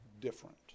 different